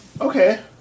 Okay